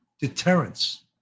deterrence